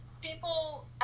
people